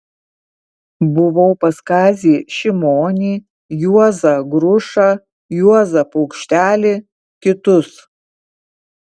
buvau pas kazį šimonį juozą grušą juozą paukštelį kitus